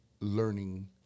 learning